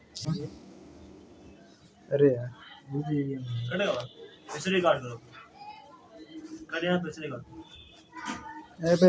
माटी में बहुते कीड़ा मिलेला जवन की माटी के उपजाऊ बनावेला